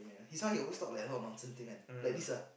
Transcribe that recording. his one he always talk like a lot of nonsense thing one like this ah